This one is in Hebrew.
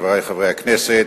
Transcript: חברי חברי הכנסת,